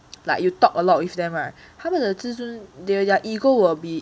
like you talk a lot with them or 他们的自尊 their ego will be